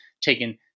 taken